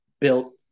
built